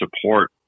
support